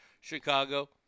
Chicago